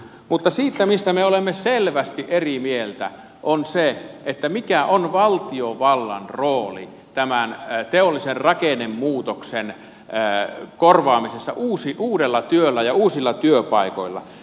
mutta se mistä me olemme selvästi eri mieltä on se mikä on valtiovallan rooli tämän teollisen rakennemuutoksen korvaamisessa uudella työllä ja uusilla työpaikoilla